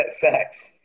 facts